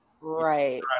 Right